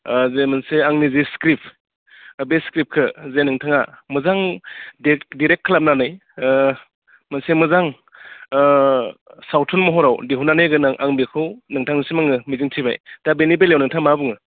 जे मोनसे आंनि जि स्क्रिप्ट दा बे स्क्रिप्टखौ जेन नोंथाङा मोजां डिरेक्ट खालामनानै मोनसे मोजां सावथुन महराव दिहुननानै होगोन आं बेखौ नोंथांनिसिम आङो मिजिं थिबाय दा बेनि बेलायाव नोंथाङा मा बुङो